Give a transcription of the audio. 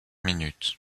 minutes